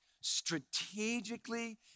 strategically